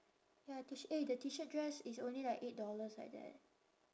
ya T shirt eh the T shirt dress is only like eight dollars like that